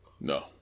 No